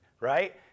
right